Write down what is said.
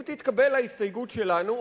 אם תתקבל ההסתייגות שלנו,